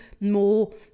more